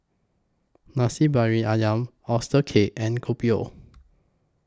Nasi Briyani Ayam Oyster Cake and Kopi O